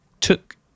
took